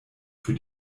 für